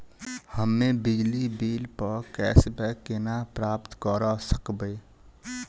हम्मे बिजली बिल प कैशबैक केना प्राप्त करऽ सकबै?